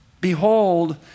Behold